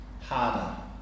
harder